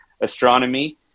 astronomy